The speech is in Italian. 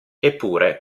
eppure